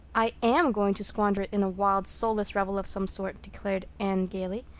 i am going to squander it in a wild soulless revel of some sort, declared anne gaily.